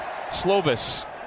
Slovis